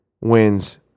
wins